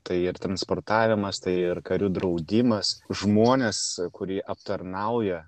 tai ir transportavimas tai ir karių draudimas žmonės kurie aptarnauja